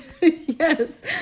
Yes